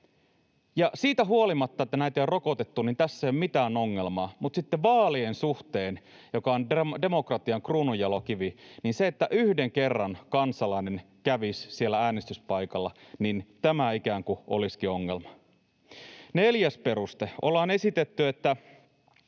siitä huolimatta, että näitä ei ole rokotettu, tässä ei ole mitään ongelmaa, mutta sitten vaalien suhteen, joka on demokratian kruununjalokivi, niin se, että yhden kerran kansalainen kävisi siellä äänestyspaikalla, ikään kuin olisikin ongelma. Neljäs peruste: Ollaan esitetty, että